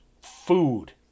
food